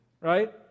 right